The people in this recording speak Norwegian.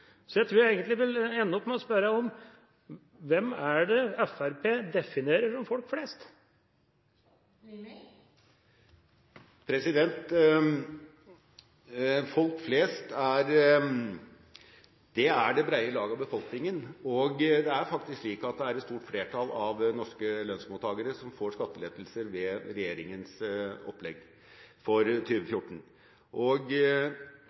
Så prates det om skattelette til de brede grupper. Tidligere har vi hørt om skattekutt for folk flest – vi har hørt det ganske mange ganger fra Fremskrittspartiet. Jeg tror jeg vil ende opp med å spørre: Hvem er det Fremskrittspartiet definerer som «folk flest»? «Folk flest» er det brede lag av befolkningen, og det er faktisk slik at det er et stort flertall